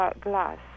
glass